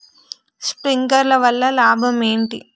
Sprinkler వల్ల లాభం ఏంటి?